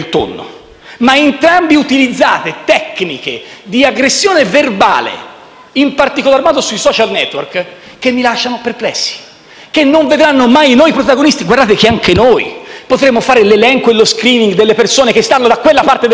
ma entrambi utilizzate tecniche di aggressione verbale, in particolare sui *social network*, che mi lasciano perplesso, che non vedranno mai noi protagonisti. Anche noi potremmo fare l'elenco e lo *screening* delle persone che stanno da quella parte del tavolo